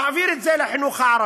להעביר את זה לחינוך הערבי,